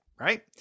right